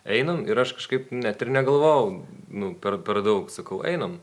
einam ir aš kažkaip net ir negalvojau nu per per daug sakau einam